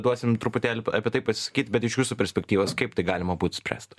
duosim truputėlį p apie tai pasisakyt bet iš jūsų perspektyvos kaip tai galima spręst